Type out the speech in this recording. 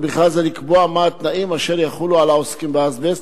ובכלל זה לקבוע מה התנאים אשר יחולו על העוסקים באזבסט,